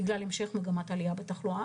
בגלל המשך מגמת עלייה בתחלואה.